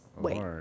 wait